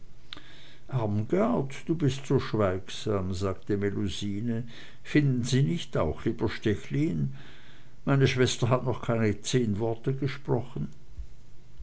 du bist so schweigsam sagte melusine finden sie nicht auch lieber stechlin meine schwester hat noch keine zehn worte gesprochen